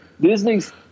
Disney's